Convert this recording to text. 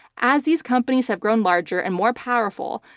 as these companies have grown larger and more powerful,